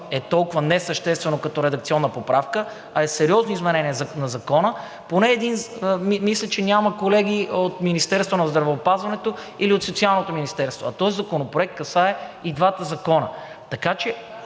е толкова несъществено като редакционна поправка, а е сериозно изменение на Закона. Мисля, че няма колеги от Министерството на здравеопазването или от Социалното министерство, а този законопроект касае и двата закона.